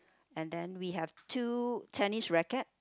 and then we have two tennis racquet